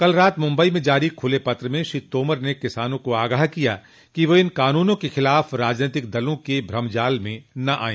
कल रात मुंबई में जारी खुले पत्र में श्री तोमर ने किसानों को आगाह किया कि वे इन कानूनों के खिलाफ राजनीतिक दलों के भ्रमजाल में न आएं